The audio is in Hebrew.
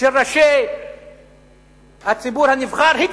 של ראשי הציבור הנבחרים.